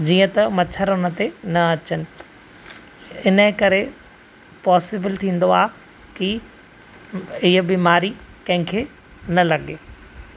जीअं त मछर हुन ते न अचनि हिनजे करे पॉसिबल थींदो आहे कि हीअं बीमारी कंहिं खे न लॻे